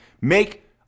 Make